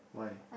why